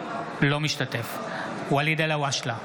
אינו משתתף בהצבעה ואליד אלהואשלה,